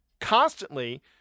constantly